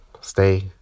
Stay